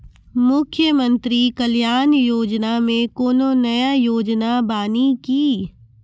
मुख्यमंत्री कल्याण योजना मे कोनो नया योजना बानी की?